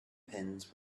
pins